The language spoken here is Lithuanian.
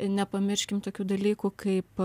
nepamirškim tokių dalykų kaip